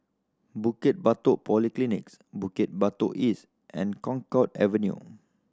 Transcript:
Bukit Batok Polyclinics Bukit Batok East and Connaught Avenue